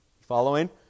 Following